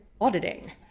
auditing